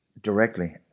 directly